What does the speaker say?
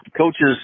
Coaches